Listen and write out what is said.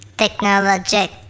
technologic